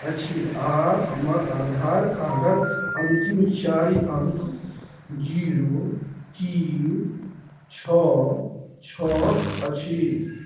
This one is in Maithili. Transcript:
अछि आओर हमर आधार कार्डक अन्तिम चारि अङ्क जीरो तीन छऽ छऽ अछि